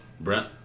Brent